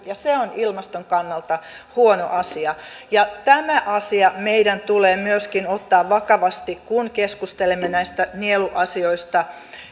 ja se on ilmaston kannalta huono asia tämä asia meidän tulee myöskin ottaa vakavasti kun keskustelemme näistä nieluasioista